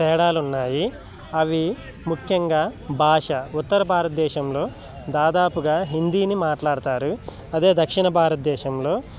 తేడాలున్నాయి అవి ముఖ్యంగా భాష ఉత్తర భారతదేశంలో దాదాపుగా హిందీని మాట్లాడుతారు అదే దక్షిణ భారతదేశంలో